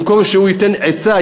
במקום שהוא ייתן עצה,